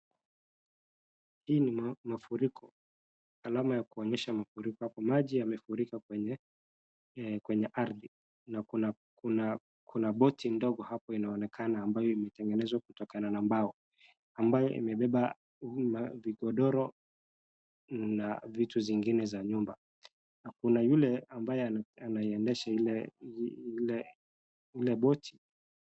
Hii ni mafurika alama ya kuonyesha mafuriko. Maji yamefurika kwenye ardhi na kuna boti ndogo hapo ambayo inaonekana imetengenezwa na mbao, ambayo imebeba magodoro na vitu zingine za nyumba, na kuna yule ambaye anaendesha ile boti.